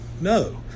no